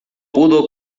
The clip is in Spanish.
pudo